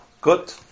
Good